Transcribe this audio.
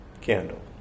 candle